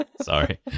Sorry